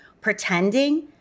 pretending